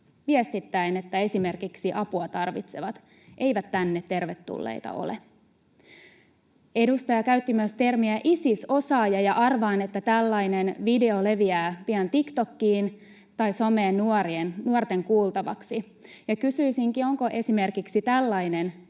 viestittäen, että esimerkiksi apua tarvitsevat eivät tänne tervetulleita ole. Edustaja käytti myös termiä ”Isis-osaaja”, ja arvaan, että tällainen video leviää pian TikTokiin tai someen nuorten kuultavaksi. Kysyisinkin: onko esimerkiksi tällainen